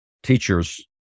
teachers